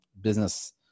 business